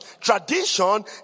Tradition